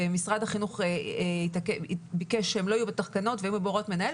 ומשרד החינוך ביקש שהן לא יהיו בתקנות אלא יהיו בהוראות מנהל,